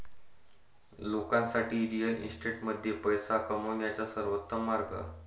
लोकांसाठी रिअल इस्टेटमध्ये पैसे कमवण्याचा सर्वोत्तम मार्ग